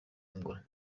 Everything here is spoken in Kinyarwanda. angola